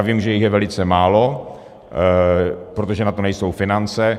Vím, že jich je velice málo, protože na to nejsou finance.